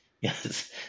Yes